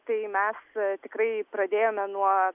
tai mes tikrai pradėjome nuo